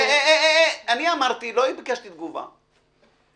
אמרתי, לא ביקשתי תגובה.